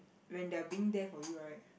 when they are being there for you right